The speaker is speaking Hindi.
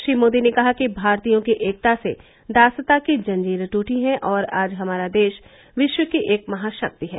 श्री मोदी ने कहा कि भारतीयों की एकता से दासता की जंजीरें टूटी हैं और आज हमारा देश विश्व की एक महाशक्ति है